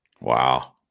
Wow